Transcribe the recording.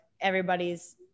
everybody's